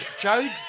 Joe